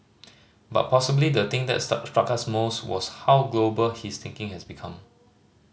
but possibly the thing that struck us most was how global his thinking has become